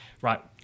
Right